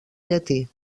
llatí